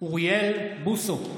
אוריאל בוסו,